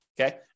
okay